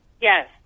Yes